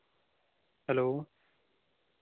hello